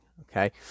okay